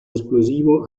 esplosivo